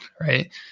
right